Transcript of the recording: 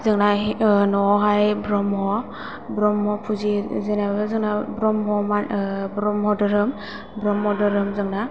जोंना न'आव हाय ब्रह्म ब्रह्म फुजियो जेनबा जोंना ब्रह्म धोरोम ब्रह्म धोरोम जोंना